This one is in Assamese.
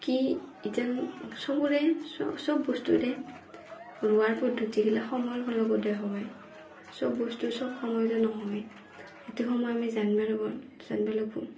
কি ইতেন চবৰে চব বস্তুৰে ৰোৱাৰ পদ্ধতিগিলাক সময়ৰ লগতহে হয় চব বস্তু চব সময়তে নহয় সেইটো সময় আমি জানবা লাগিব জানিব লাগিব